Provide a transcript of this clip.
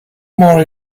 more